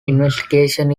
investigation